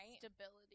stability